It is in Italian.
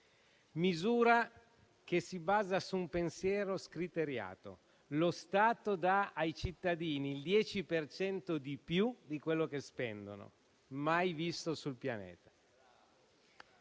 misura che si basa su un pensiero scriteriato: lo Stato dà ai cittadini il 10 per cento in più di quello che spendono. Mai visto sul pianeta.